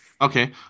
Okay